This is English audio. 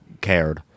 cared